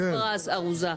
כוסברה ארוזה.